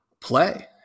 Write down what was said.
play